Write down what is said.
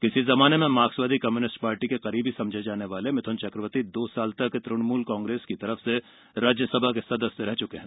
किसी जमाने में मार्कसवादी कम्युनिस्ट पार्टी के करीबी समझे जाने वाले मिथुन चक्रवर्ती दो साल तक तुणमूल कांग्रेस की ओर से राज्यसभा के सदस्य रह चुके हैं